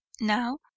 Now